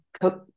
cook